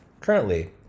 Currently